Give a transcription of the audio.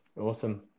Awesome